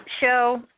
show